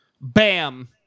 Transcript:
Bam